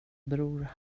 bror